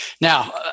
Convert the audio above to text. Now